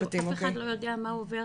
אף אחד לא יודעת מה עובר